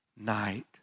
night